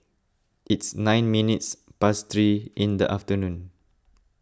its nine minutes past three in the afternoon